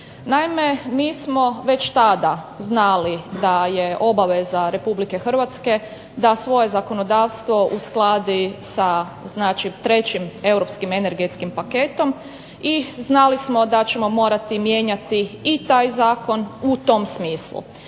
Naime, mi smo već tada znali da je obaveza RH da svoje zakonodavstvo uskladi sa znači 3. europskim energetskim paketom i znali smo da ćemo morati mijenjati i taj zakon u tom smislu.